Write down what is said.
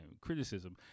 criticism